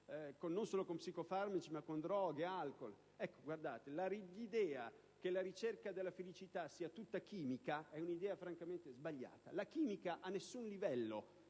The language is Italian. non solo con psicofarmaci ma con droghe e alcool. L'idea che la ricerca della felicità sia tutta chimica francamente è sbagliata; la chimica a nessun livello